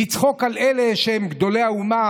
לצחוק על אלה שהם גדולי האומה,